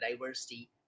diversity